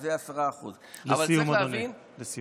שהוא 10%. לסיום, אדוני.